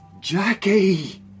Jackie